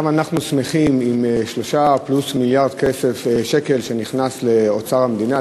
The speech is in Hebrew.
גם אנחנו שמחים על 3 פלוס מיליארד שקל שנכנסו לאוצר המדינה,